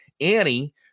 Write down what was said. Annie